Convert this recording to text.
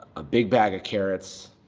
a big bag of carrots,